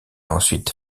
ensuite